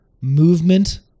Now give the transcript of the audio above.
movement